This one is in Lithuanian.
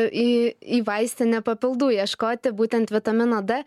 į į vaistinę papildų ieškoti būtent vitamino d